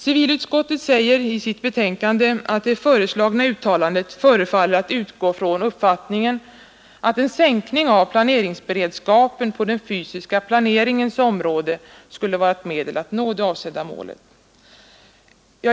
Civilutskottet säger i sitt betänkande att det föreslagna uttalandet förefaller att utgå från uppfattningen att en sänkning av planeringsberedskapen på den fysiska planeringens område skulle vara ett medel att nå det avsedda målet.